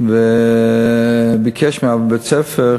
וביקש מבית-הספר